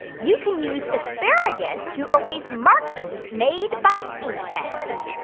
you can use asparagus to erase markings made by ink pens?